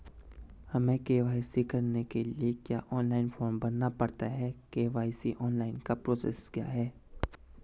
हमें के.वाई.सी कराने के लिए क्या ऑनलाइन फॉर्म भरना पड़ता है के.वाई.सी ऑनलाइन का प्रोसेस क्या है?